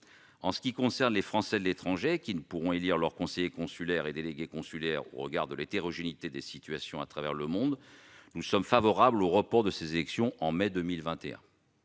En ce qui concerne les Français de l'étranger, qui ne pourront élire leurs conseillers consulaires et délégués consulaires au regard de l'hétérogénéité des situations à travers le monde, nous sommes favorables au report de ces élections en mai 2021.